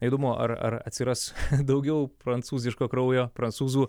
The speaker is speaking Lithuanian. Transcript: įdomu ar ar atsiras daugiau prancūziško kraujo prancūzų